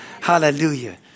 Hallelujah